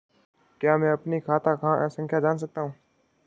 क्या मैं अपनी खाता संख्या जान सकता हूँ?